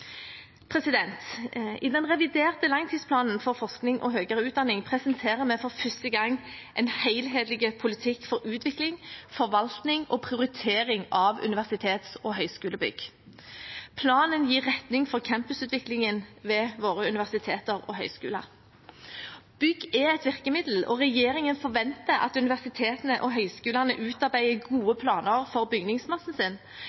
I den reviderte langtidsplanen for forskning og høyere utdanning presenterer vi for første gang en helhetlig politikk for utvikling, forvaltning og prioritering av universitets- og høyskolebygg. Planen gir retning for campusutviklingen ved våre universiteter og høyskoler. Bygg er et virkemiddel, og regjeringen forventer at universitetene og høyskolene utarbeider gode planer for bygningsmassen sin,